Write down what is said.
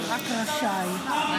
--- אתה